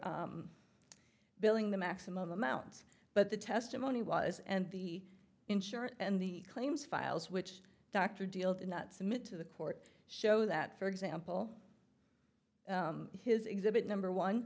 for billing the maximum amount but the testimony was and the insurance and the claims files which dr deal to not submit to the court show that for example his exhibit number one